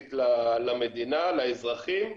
משמעותית למדינה, לאזרחים,